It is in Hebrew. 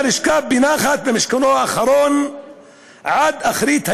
שוכב בנחת במשכנו האחרון עד אחרית הימים,